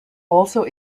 also